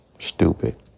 Stupid